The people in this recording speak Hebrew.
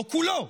לא כולו,